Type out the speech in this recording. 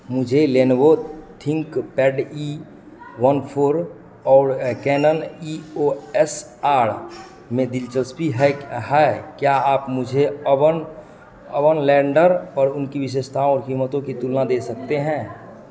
मुझे Lenovo ThinkPad E one four और Canon E O S R में दिलचस्पी है है क्या आप मुझे अर्बन अबन लैडर पर उनकी विशेषताओं और कीमतों की तुलना दे सकते हैं